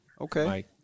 Okay